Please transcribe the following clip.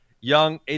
young